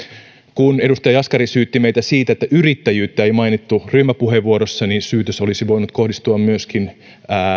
kun edustaja jaskari syytti meitä siitä että yrittäjyyttä ei mainittu ryhmäpuheenvuorossa niin syytös olisi voinut kohdistua myöskin